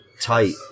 tight